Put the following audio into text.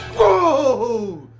whoa!